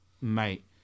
Mate